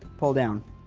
pull down,